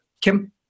Kim